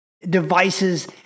Devices